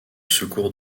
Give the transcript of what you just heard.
secours